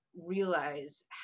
realize